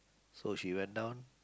so she went down